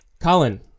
Colin